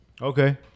Okay